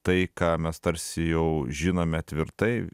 tai ką mes tarsi jau žinome tvirtai